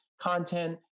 content